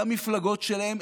והמפלגות שלהם,